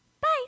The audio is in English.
Bye